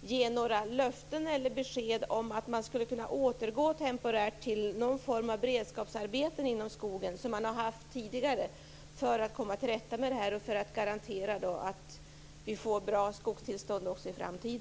ge några löften eller besked om att man temporärt skulle kunna återgå till någon form av beredskapsarbeten inom skogen, som man haft tidigare. Då skulle man kunna komma till rätta med detta och kunna garantera att skogens tillstånd blir bra också i framtiden.